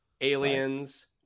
Aliens